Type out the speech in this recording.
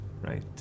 right